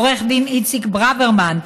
עורך הדין איציק ברוורמן,